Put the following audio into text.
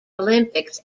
olympics